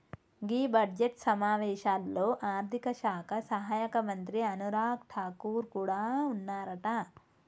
గీ budget సమావేశాల్లో ఆర్థిక శాఖ సహాయక మంత్రి అనురాగ్ ఠాగూర్ కూడా ఉన్నారట